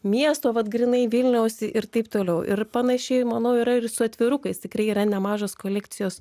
miesto vat grynai vilniaus ir taip toliau ir panašiai manau yra ir su atvirukais tikrai yra nemažos kolekcijos